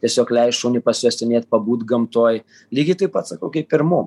tiesiog leist šuniui pasiuostinėt pabūt gamtoj lygiai taip pat sakau kaip ir mum